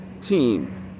team